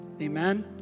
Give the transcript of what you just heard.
Amen